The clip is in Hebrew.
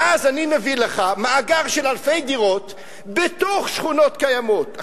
ואז אני מביא לך מאגר של אלפי דירות בתוך שכונות קיימות.